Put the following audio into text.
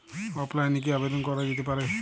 অফলাইনে কি আবেদন করা যেতে পারে?